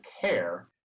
care